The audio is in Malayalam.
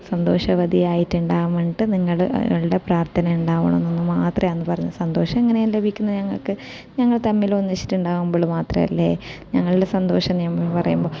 സന്തോഷവതിയായിട്ട് ഉണ്ടാവാൻ വേണ്ടിയിട്ട് നിങ്ങൾ ഞങ്ങളുടെ പ്രാർത്ഥന ഉണ്ടാവണം എന്നൊന്ന് മാത്രമേ അന്ന് പറഞ്ഞ സന്തോഷം എങ്ങനെയാണ് ലഭിക്കുന്നത് ഞങ്ങൾക്ക് ഞങ്ങൾ തമ്മിൽ ഒന്നിച്ചിട്ടുണ്ടാകുമ്പോൾ മാത്രമല്ലേ ഞങ്ങളുടെ സന്തോഷം നമ്മൾ പറയുമ്പം